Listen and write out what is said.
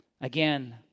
Again